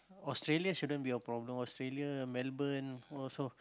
Australia shouldn't be a problem Australia Melbourne also